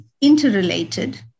interrelated